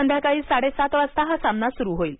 संध्याकाळी साडे सात वाजता हा सामना सुरू होईल